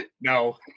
no